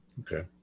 Okay